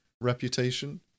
reputation